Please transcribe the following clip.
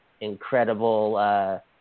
incredible